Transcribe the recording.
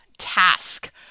task